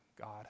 God